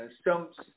Stump's